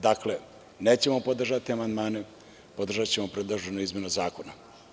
Dakle, nećemo podržati amandmane, podržaćemo predloženu izmenu zakona.